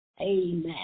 amen